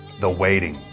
the waiting.